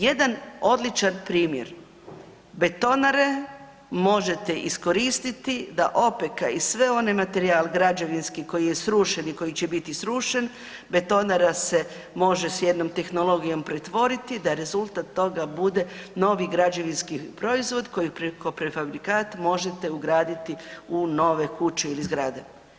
Jedan odličan primjer, betonare možete iskoristiti da opeka i sve onaj materijal građevinski koji je srušen i koji će biti srušen, betonara se može s jednom tehnologijom pretvoriti da rezultat toga bude novi građevinski proizvod koji kao prefabrikat možete ugraditi u nove kuće ili zgrade.